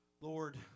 Lord